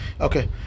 Okay